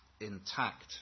intact